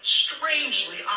strangely